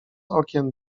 okien